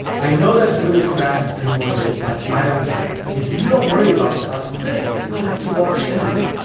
i know that's really crass and morbid, but i don't care! if you don't worry about stuff, great! you don't have to watch anything.